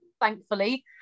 thankfully